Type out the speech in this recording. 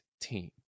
team